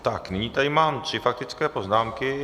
Tak nyní tady mám tři faktické poznámky.